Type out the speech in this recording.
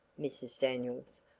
mrs. daniels,